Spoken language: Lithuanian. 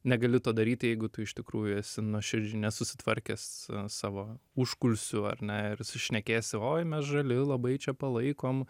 negali to daryti jeigu tu iš tikrųjų esi nuoširdžiai nesusitvarkęs savo užkulisių ar ne šnekėsi oi mes žali labai čia palaikom